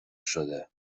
شده